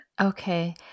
Okay